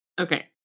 Okay